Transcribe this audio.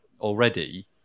already